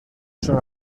son